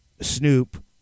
Snoop